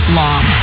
long